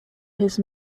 his